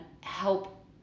help